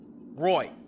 Roy